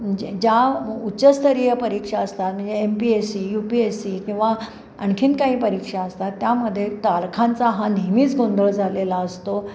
जे ज्या उच्चस्तरीय परीक्षा असतात म्हणजे M P S C U P S C किंवा आणखीन काही परीक्षा असतात त्यामध्ये तारखांचा हा नेहमीच गोंधळ झालेला असतो